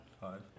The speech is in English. Five